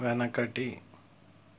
వెనకటి